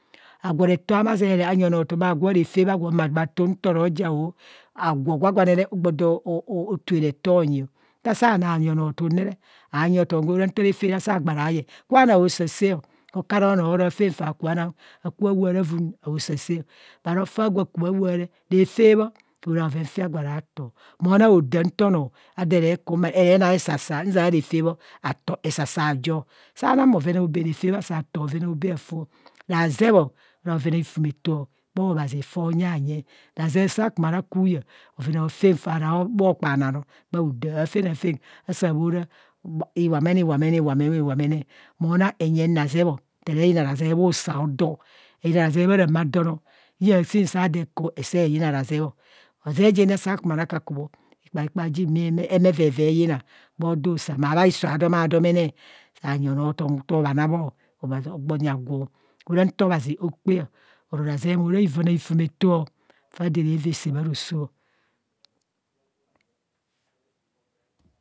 Agwo reto haama zeree anyi onoo tum aagwo refe bho agwo ma gba tun nto roo ja o, agwo gwagwane re ogbọ o twe reto onyio, nta saa na anyi onoo tum re, anyi otum re ara nta refe asaa gbara yee, ku bha na o saa saa õ, akuara noo ara afen faa ku ba na, aku bha waa ravun aosaa saao, bharo fa gwa ku bha waa re refe bho ara faa rato, moo na odam nto noo ade re ku nta de re na esasa nzia refe bho aato esasa ajo. Saa na bhove aobee, refe bho asaa tor bhoven aobee aafa razebo ora bhoven aifumeto bha roso obhazio foo nyanye, razee saa ku ma ra ka huyeng bhoven aatem faa ra bho kpaana nọ bho haoda, aafen aafen asaa bho ra iwamene, iwamene, iwameme, iwameme iwameme, moo na enyeng razeebọ ntare gina razee bhusa aado, enyina razee bho doo ramaadon ọ liya sin saa do eku esee yina razeebo razee junne saa ku ma ra ka kubho, ikpaikpa ajin hemeveve yina bhodu sa maa bhaise adomadomene, anyi onoo otom nto bhana bho obhazi ogbo nyi agwo ora nta obhazi okpa ọ, oro raze moo ra bhoron aifumeto faa adoo araa va a saa bharoso.